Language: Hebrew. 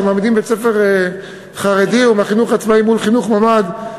שמעמידים בית-ספר חרדי או מהחינוך העצמאי מול חינוך ממ"ד.